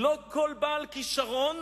לא כל בעל כשרון